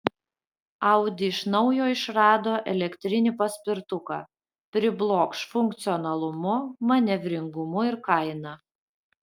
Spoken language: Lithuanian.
audi iš naujo išrado elektrinį paspirtuką priblokš funkcionalumu manevringumu ir kaina